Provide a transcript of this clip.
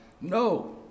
no